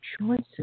choices